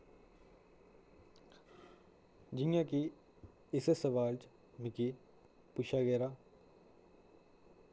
जियां की इस सवाल च मिगी पुच्छेआ गेदा